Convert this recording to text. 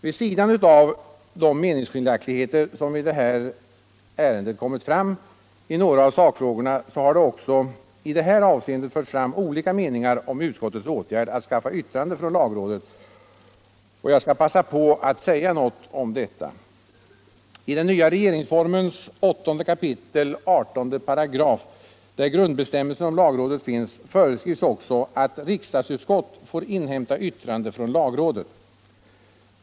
Vid sidan av de meningsskiljaktigheter som i detta ärende kommit fram i några av sakfrågorna har det också i det här avseendet förts fram olika meningar om utskottets åtgärd att skaffa yttrande från lagrådet och jag skall passa på att säga något om detta. I den nya regeringsformen 8 kap. 18§, där grundbestämmelsen om lagrådet finns, föreskrivs också att riksdagsutskott får inhämta yttrande från lagrådet.